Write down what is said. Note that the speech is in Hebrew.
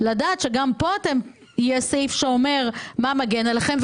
לדעת שגם פה יש סעיף שאומר מה מגן עליכם?